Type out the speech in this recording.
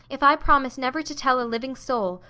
if i promise never to tell a living soul,